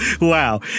wow